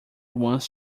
once